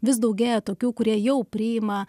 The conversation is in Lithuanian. vis daugėja tokių kurie jau priima